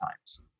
times